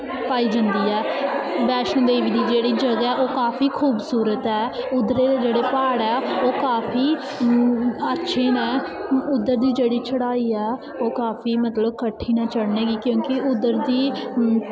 पाई जंदी ऐ बैष्णो देवी दी जेह्ड़ी जगह् ऐ ओह् काफी खूबसूरत ऐ उद्धरै दे जेह्ड़े प्हाड़ ऐ ओह् काफी अच्छे न उद्धर दी जेह्ड़ी चढ़ाई ऐ ओह् काफी मतलब कठिन ऐ चढ़ने गी क्योंकि उद्धर दी